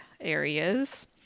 areas